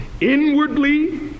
inwardly